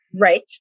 right